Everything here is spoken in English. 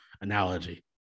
analogy